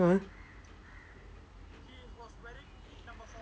(uh huh)